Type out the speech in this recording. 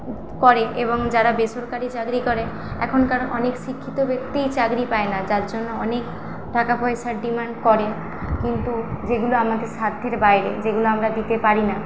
করে এবং যারা বেসরকারি চাকরি করে এখনকার অনেক শিক্ষিত ব্যক্তিই চাকরি পায় না যার জন্য অনেক টাকা পয়সার ডিমান্ড করে কিন্তু যেগুলো আমাদের সাধ্যের বাইরে যেগুলো আমরা দিতে পারি না